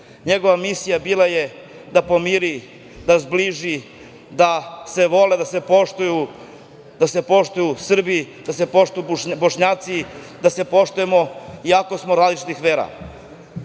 Njegova misija bila je da pomiri, da zbliži, da se vole, da se poštuju Srbi, da se poštuju Bošnjaci, da se poštujemo iako smo različitih